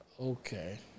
Okay